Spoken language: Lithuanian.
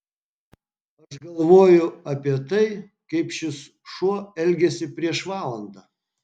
aš galvoju apie tai kaip šis šuo elgėsi prieš valandą